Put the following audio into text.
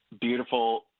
beautiful